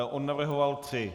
On navrhoval tři.